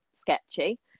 sketchy